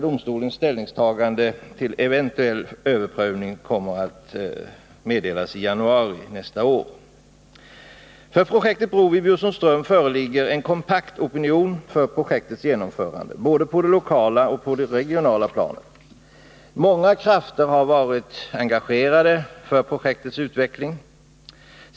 Domstolens ställningstagande till en eventuell överprövning kommer att meddelas i januari nästa år. Det föreligger en kompakt opinion för genomförande av projektet bro vid Bjursundsström, både på det lokala och på det regionala planet. Många krafter har varit engagerade för projektets utveckling.